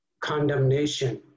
condemnation